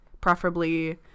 preferably